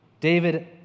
David